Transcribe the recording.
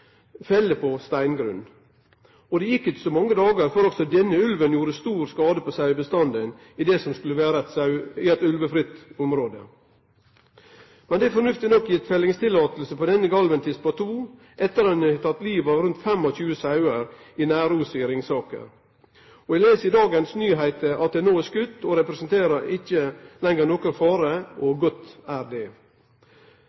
fell på steingrunn. Det gjekk ikkje så mange dagar før også denne ulven gjorde stor skade på sauebestanden i det som skulle vere eit ulvefritt område. Det er fornuftig nok gitt fellingsløyve på denne Galventispa 2 etter at ho har teke livet av rundt 25 sauer i Næroset i Ringsaker. Eg les i dagens nyheiter at ho no er skoten og representerer ikkje lenger nokon fare, og